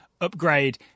upgrade